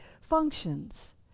functions